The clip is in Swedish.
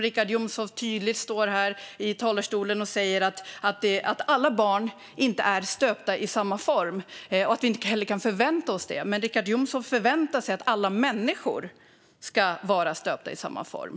Richard Jomshof står här i talarstolen och säger tydligt att alla barn inte är stöpta i samma form och att vi inte heller kan förvänta oss det. Men Richard Jomshof förväntar sig att alla människor ska vara stöpta i samma form.